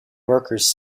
workers